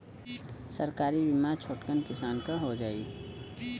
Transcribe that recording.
सरकारी बीमा छोटकन किसान क हो जाई?